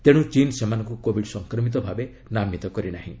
ତେଣୁ ଚୀନ୍ ସେମାନଙ୍କୁ କୋବିଡ୍ ସଂକ୍ରମିତ ଭାବେ ନାମିତ କରି ନାହିଁ